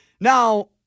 Now